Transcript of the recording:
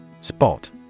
Spot